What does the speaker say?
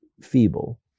feeble